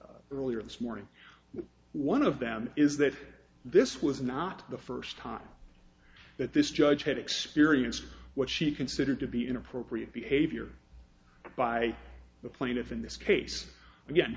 earlier this morning was one of them is that this was not the first time that this judge had experienced what she considered to be inappropriate behavior by the plaintiff in this case